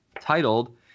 titled